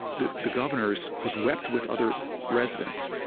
the the governor, so who's wept with other residents,